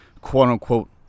quote-unquote